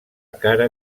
cara